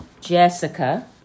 Jessica